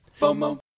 FOMO